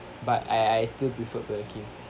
but I I still prefer burger king